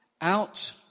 out